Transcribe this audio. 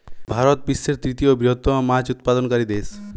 ভারত বিশ্বের তৃতীয় বৃহত্তম মাছ উৎপাদনকারী দেশ